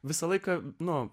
visą laiką nu